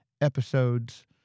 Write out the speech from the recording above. episodes